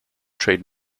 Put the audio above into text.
trade